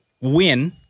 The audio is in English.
win